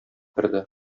керде